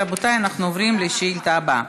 רבותיי, אנחנו עוברים לשאילתה הבאה.